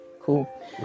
cool